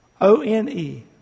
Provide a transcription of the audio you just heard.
O-N-E